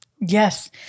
Yes